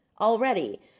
already